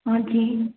हाँ जी